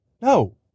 No